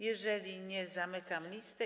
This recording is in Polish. Jeżeli nie, zamykam listę.